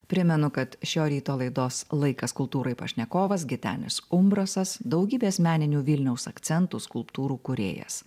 primenu kad šio ryto laidos laikas kultūrai pašnekovas gitenis umbrasas daugybės meninių vilniaus akcentų skulptūrų kūrėjas